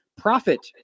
profit